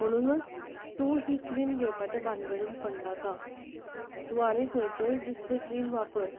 म्हणूनच तूं ही क्रीम घेवपाच्या भानगडींत पडनाका तूं आनी खंयचीय दुसरी क्रीम वापर